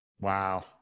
Wow